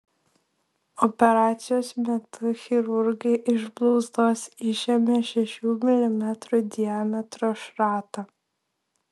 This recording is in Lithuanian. operacijos metu chirurgai iš blauzdos išėmė šešių milimetrų diametro šratą